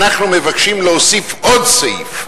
אנחנו מבקשים להוסיף עוד סעיף.